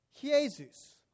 Jesus